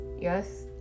Yes